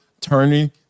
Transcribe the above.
turning